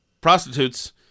prostitutes